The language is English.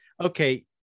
okay